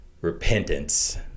repentance